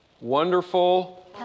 Wonderful